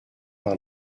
par